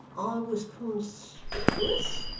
i was conspicuous,